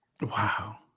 Wow